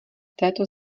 této